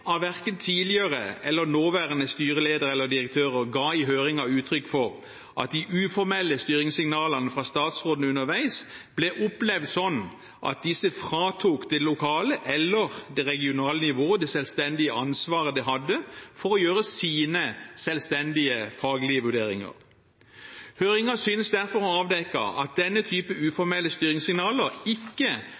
av verken tidligere eller nåværende styreleder eller direktører ga i høringen uttrykk for at de uformelle styringssignalene fra statsråden underveis ble opplevd sånn at disse fratok det lokale eller det regionale nivået det selvstendige ansvaret det hadde for å gjøre sine selvstendige faglige vurderinger. Høringen synes derfor å ha avdekket at denne typen uformelle styringssignaler ikke